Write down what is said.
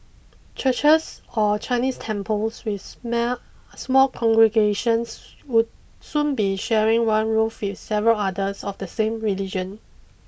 churches or Chinese temples with small congregations would soon be sharing one roof with several others of the same religion